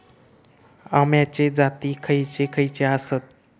अम्याचे जाती खयचे खयचे आसत?